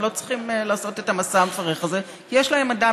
הם לא צריכים לעשות את המסע המפרך הזה כי יש להם אדם